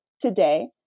Today